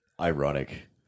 ironic